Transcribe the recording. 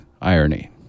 irony